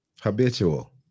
Habitual